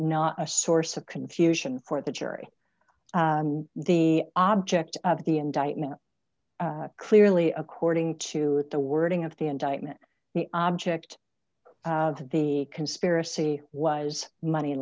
not a source of confusion for the jury the object of the indictment clearly according to the wording of the indictment the object of the conspiracy was money